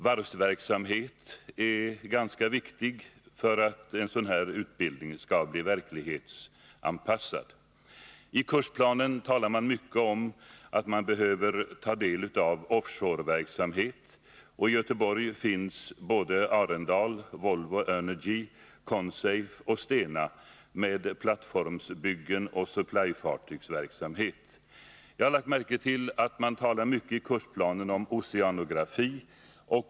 Varvsverksamhet är ganska viktig för att en sådan här utbildning skall bli verklighetsanpassad. I kursplanen talas mycket om att man behöver ta del av off shoreverksamhet. I Göteborg finns både Arendal, Volvo Energy, Consafe med plattformsbyggen och Stena med supplyfartygsverksamhet. Jag har lagt märke till att man i kursplanen talar mycket om oceanografi.